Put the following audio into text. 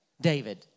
David